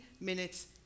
minutes